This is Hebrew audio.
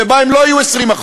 שבה הם לא יהיו 20%,